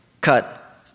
cut